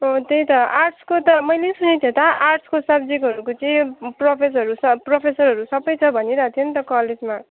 अँ त्यही त आर्ट्सको त मैले सुनेको थिएँ त आर्ट्सको सब्जेक्टहरूको चाहिँ प्रोपेसहरू छ प्रोफेसरहरू सबै छ भनिरहेको थियो नि त कलेजमा